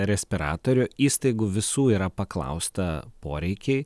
respiratorių įstaigų visų yra paklausta poreikiai